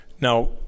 now